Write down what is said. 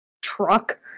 truck